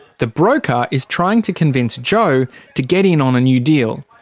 the broker is trying to convince joe to get in on a new deal.